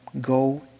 go